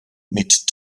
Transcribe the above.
mit